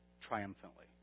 triumphantly